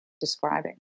describing